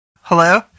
Hello